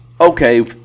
okay